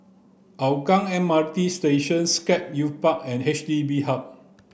Hougang M R T Station Scape Youth Park and H D B Hub